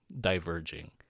diverging